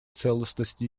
целостности